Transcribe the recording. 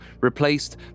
replaced